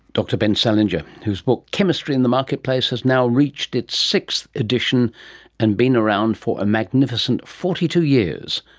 dr ben selinger, whose book chemistry in the marketplace has now reached its sixth edition and been around for a magnificent forty two years.